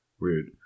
Weird